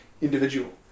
individual